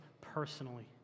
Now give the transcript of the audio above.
personally